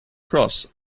cross